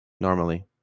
normally